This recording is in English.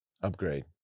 upgrade